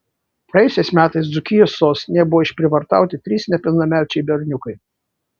praėjusiais metais dzūkijos sostinėje buvo išprievartauti trys nepilnamečiai berniukai